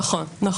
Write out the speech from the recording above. נכון נכון.